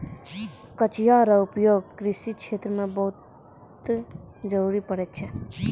कचिया रो उपयोग कृषि क्षेत्र मे बहुत जरुरी पड़ै छै